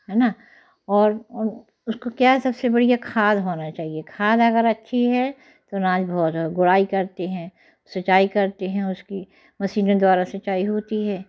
है ना और उन उसको क्या है सबसे बढ़िया खाद होना चाहिए खाद अगर अच्छी है तो आनाज गोड़ाई करते हैं सिंचाई करते हैं उसकी मशीनों द्वारा सिंचाई होती है